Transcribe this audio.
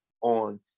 on